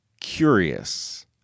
curious